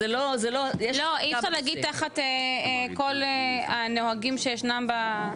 אי אפשר להגיד תחת כל הנוהגים שישנם בממשלתיות.